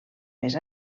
més